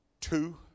two